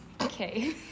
okay